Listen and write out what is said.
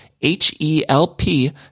H-E-L-P